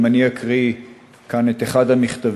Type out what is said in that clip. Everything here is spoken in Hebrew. גם אני אקריא כאן את אחד המכתבים.